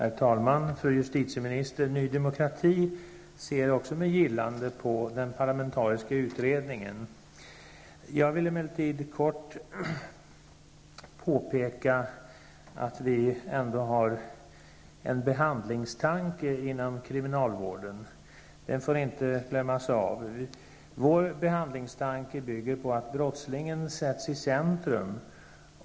Herr talman! Fru justitieminister! Ny Demokrati ser också med gillande på den parlamentariska utredningen. Jag vill emellertid kort påpeka att vi ändå har en behandlingstanke inom kriminalvården, det får inte glömmas bort. Vår behandlingstanke bygger på idén att brottslingen sätts i centrum.